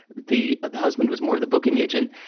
the ah the husband was more of the booking agent.